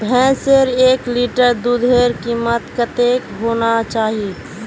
भैंसेर एक लीटर दूधेर कीमत कतेक होना चही?